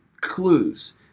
clues